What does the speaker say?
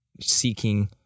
seeking